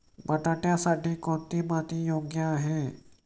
बटाट्यासाठी कोणती माती योग्य आहे?